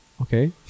Okay